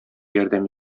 ярдәм